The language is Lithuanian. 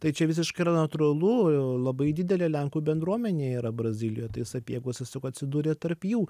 tai čia visiškai yra natūralu labai didelė lenkų bendruomenė yra brazilijoje tai sapiegos tiesiog atsidūrė tarp jų